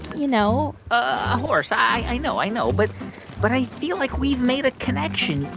you know. a horse. i know. i know. but but i feel like we've made a connection.